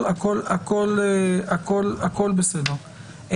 --- הכול בסדר,